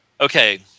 Okay